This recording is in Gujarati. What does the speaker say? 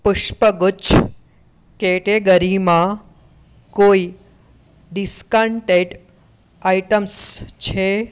પુષ્પગુચ્છ કેટેગરીમાં કોઈ ડિસ્કાન્ટેડ આઇટમ્સ છે